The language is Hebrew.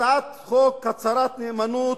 הצעת חוק הצהרת נאמנות,